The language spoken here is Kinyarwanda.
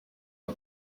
aha